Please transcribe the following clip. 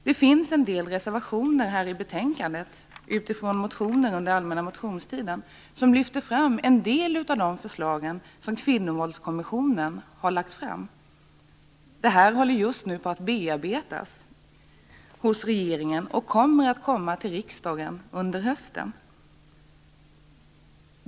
Det finns en del reservationer i betänkandet utifrån motioner under allmänna motionstiden som lyfter fram en del av de förslag som kvinnovåldskommissionen har lagt fram. Förslagen bearbetas nu av regeringen och kommer att föreläggas riksdagen under hösten.